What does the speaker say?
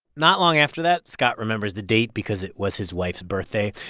not long after that, scott remembers the date because it was his wife's birthday.